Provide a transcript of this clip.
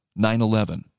9-11